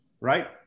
right